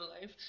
life